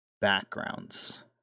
backgrounds